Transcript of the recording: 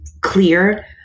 clear